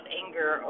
anger